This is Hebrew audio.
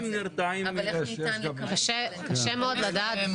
קשה מאוד לדעת.